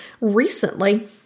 recently